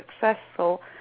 successful